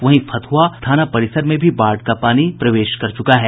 वहीं फतुहा थाना परिसर में भी बाढ़ का पानी प्रवेश कर गया है